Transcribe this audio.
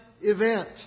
event